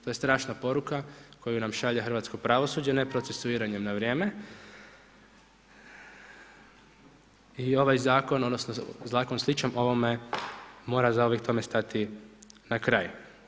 To je strašna poruka koju nam šalje hrvatsko pravosuđe neprocesuiranjem na vrijeme i ovaj Zakon, odnosno zakon sličan ovome mora zauvijek tome stati na kraj.